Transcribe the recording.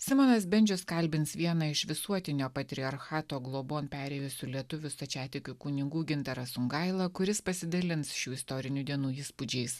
simonas bendžius kalbins vieną iš visuotinio patriarchato globon perėjusių lietuvių stačiatikių kunigų gintarą songailą kuris pasidalins šių istorinių dienų įspūdžiais